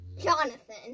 Jonathan